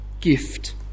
gift